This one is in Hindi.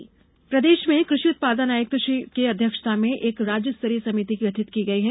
समिति गठित प्रदेश में कृषि उत्पादन आयुक्त की अध्यक्षता में एक राज्य स्तरीय समिति गठित की गयी है